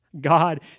God